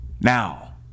now